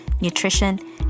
nutrition